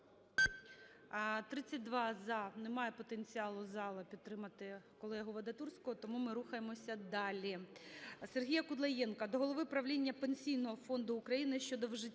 За-32 Немає потенціалу зала підтримати колегу Вадатурського, тому ми рухаємося далі.